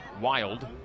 wild